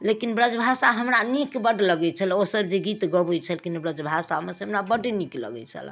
लेकिन ब्रजभाषा हमरा नीक बड लगैत छलै ओसब जे गीत गबैत छलखिन ब्रजभाषामे से हमरा बड नीक लगैत छलऽ